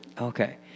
Okay